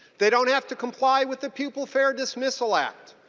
they don't have to comply with the people's fair dismissal at.